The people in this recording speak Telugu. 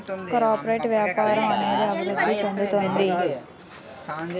కార్పొరేట్ వ్యాపారం అనేది అభివృద్ధి చెందుతుంది